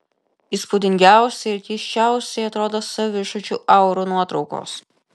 įspūdingiausiai ir keisčiausiai atrodo savižudžių aurų nuotraukos